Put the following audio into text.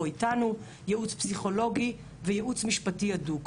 איתנו; יש לנו גם ייעוץ פסיכולוגי וייעוץ משפטי הדוק.